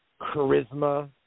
charisma